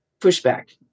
pushback